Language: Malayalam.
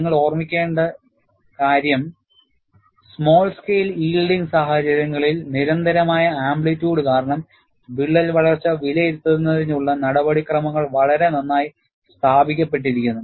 നിങ്ങൾ ഓർമ്മിക്കേണ്ട കാര്യം സ്മാൾ സ്കെയിൽ യീൽഡിങ് സാഹചര്യങ്ങളിൽ നിരന്തരമായ ആംപ്ലിറ്റൂഡ് കാരണം വിള്ളൽ വളർച്ച വിലയിരുത്തുന്നതിനുള്ള നടപടിക്രമങ്ങൾ വളരെ നന്നായി സ്ഥാപിക്കപ്പെട്ടിരിക്കുന്നു